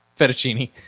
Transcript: fettuccine